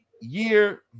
year